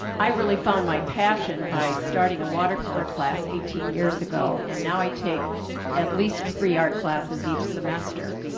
i really found my passion by starting a water color class eighteen years ago and now i take at least three art classes each semester.